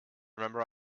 remember